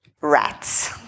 rats